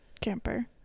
camper